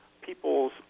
people's